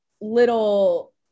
little